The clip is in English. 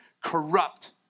corrupt